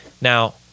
Now